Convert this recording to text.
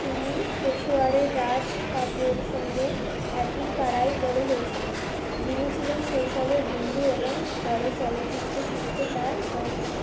তিনি পেশোয়ারের রাজ কাপড়ের সঙ্গে একই পাড়ায় বড়ো হয়েছিলেন যিনি ছিলেন শৈশবের বন্ধু এবং পরে চলচ্চিত্র শিল্পে তার সহকর্মী